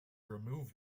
remove